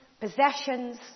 possessions